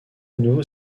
nouveau